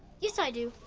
yes i do.